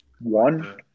one